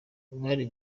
bari